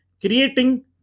creating